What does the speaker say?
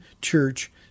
church